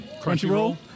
Crunchyroll